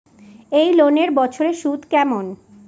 এই লোনের বছরে সুদ কেমন?